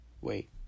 wait